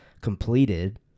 completed